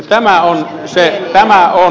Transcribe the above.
tämä on se ero